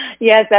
Yes